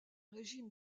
régime